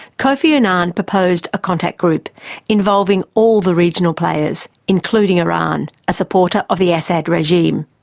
kofi annan proposed a contact group involving all the regional players, including iran, a supporter of the assad regime.